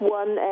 one